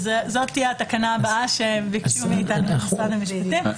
זאת תהיה התקנה הבאה שביקשו מאתנו ממשרד המשפטים.